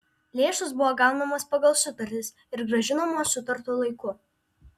lėšos buvo gaunamos pagal sutartis ir grąžinamos sutartu laiku